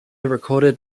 recorded